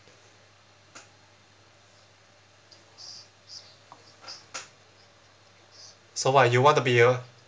so why you want to be a